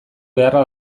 beharra